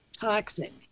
toxic